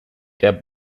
der